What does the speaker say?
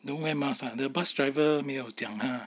don't wear mask ah the bus driver 没有讲他 ah